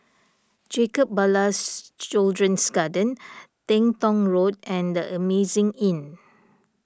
Jacob Ballas Children's Garden Teng Tong Road and the Amazing Inn